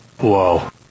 Whoa